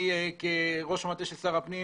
אני כראש מטה שר הפנים